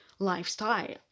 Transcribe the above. lifestyle